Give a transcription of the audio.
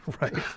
right